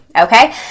Okay